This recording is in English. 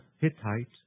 Hittite